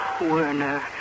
Werner